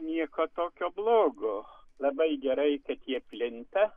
nieko tokio blogo labai gerai kad jie plinta